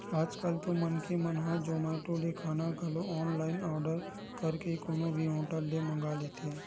आज कल तो मनखे मन जोमेटो ले खाना घलो ऑनलाइन आरडर करके कोनो भी होटल ले मंगा लेथे